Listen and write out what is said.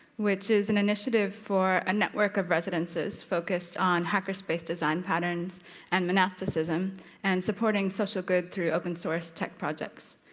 which is an initiative for a network of residences focused on hacker space design patterns and monasticism and supporting social good through open source tech projects.